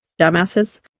dumbasses